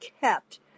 kept